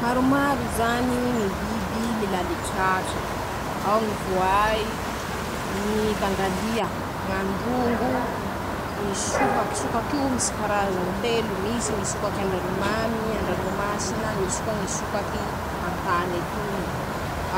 .<...>Maromaro zany ñy biby milaly tratra: -Ao ñy voay, ñy dangalia, ñ'androngo, ñy sokaky; sokakio misy karazany telo: misy ñy sokaky an-dranomamy, an-dranomasina, misy koa ñy sokaky an-tany etoy;